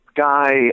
guy